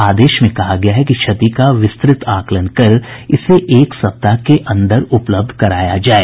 आदेश में कहा गया है कि क्षति का विस्तृत आकलन कर इसे एक सप्ताह के अन्दर उपलब्ध कराया जाये